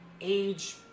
age